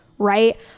Right